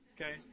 Okay